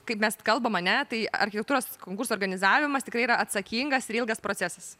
kaip mes kalbam ane tai architektūros konkursų organizavimas tikrai yra atsakingas ir ilgas procesas